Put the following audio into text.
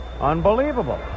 Unbelievable